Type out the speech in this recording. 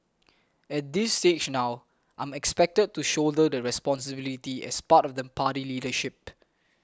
at this stage now I'm expected to shoulder the responsibility as part of the party leadership